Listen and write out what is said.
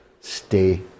Stay